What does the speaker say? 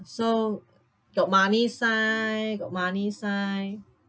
so got money sign got money sign